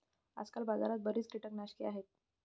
आजकाल बाजारात बरीच कीटकनाशके आहेत